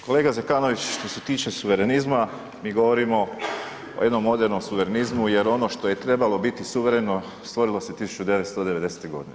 Kolega Zekanović što se tiče suverenizma mi govorimo o jednom modernom suverenizmu jer ono što je trebalo biti suvereno stvorilo se 1990. godine.